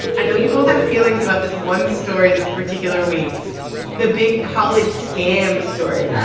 i know you both have feelings about this one story this particular week the big college scam story.